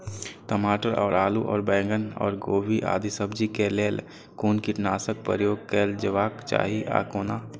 टमाटर और आलू और बैंगन और गोभी आदि सब्जी केय लेल कुन कीटनाशक प्रयोग कैल जेबाक चाहि आ कोना?